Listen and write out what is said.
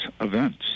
events